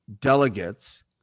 delegates